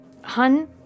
Hun